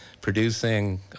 producing